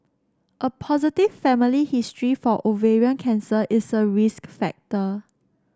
a positive family history for ovarian cancer is a risk factor